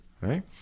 right